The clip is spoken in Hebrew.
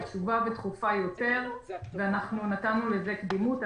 חשובה ודחופה יותר ואנחנו נתנו לזה קדימות.